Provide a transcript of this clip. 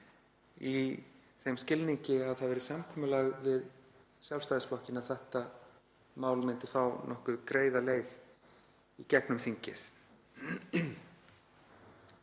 í þeim skilningi að það væri samkomulag við Sjálfstæðisflokkinn að þetta mál myndi fá nokkuð greiða leið í gegnum þingið.